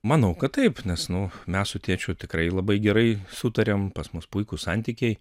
manau kad taip nes nu mes su tėčiu tikrai labai gerai sutariam pas mus puikūs santykiai